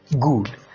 Good